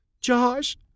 Josh